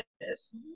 Yes